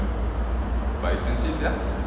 but expensive sia